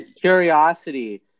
Curiosity